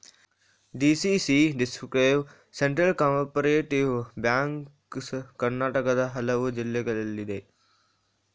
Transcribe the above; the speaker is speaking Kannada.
DCC district central cooperative banks ಕರ್ನಾಟಕದ ಹಲವು ಜಿಲ್ಲೆಗಳಲ್ಲಿದೆ